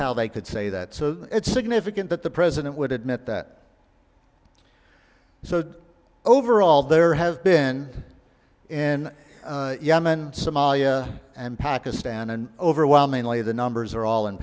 how they could say that so it's significant that the president would admit that so overall there have been in yemen somalia and pakistan and overwhelmingly the numbers are all in